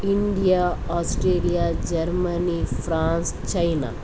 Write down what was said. India Australia Germany France China